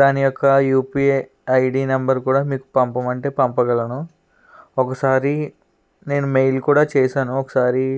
దాని యొక్క U P A ID number కూడా మీకు పంపమంటే పంపగలను ఒకసారి నేను మెయిల్ కూడా చేశాను ఒకసారి